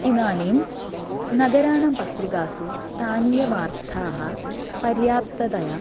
इदानीं नगराणां पत्रिकासु स्थानीयवार्ताः पर्याप्ततया